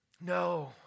No